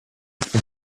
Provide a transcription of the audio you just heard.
for